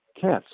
cats